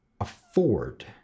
afford